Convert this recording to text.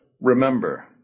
Remember